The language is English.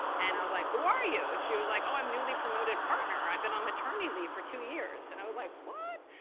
and i was like, who are you? and she was like, oh, i'm newly promoted partner. i've been on maternity leave for two years. and i was like, what?